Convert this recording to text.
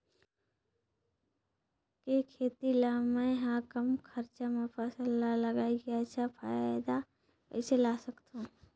के खेती ला मै ह कम खरचा मा फसल ला लगई के अच्छा फायदा कइसे ला सकथव?